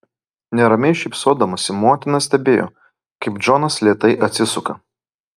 neramiai šypsodamasi motina stebėjo kaip džonas lėtai atsisuka